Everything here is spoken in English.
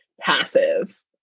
passive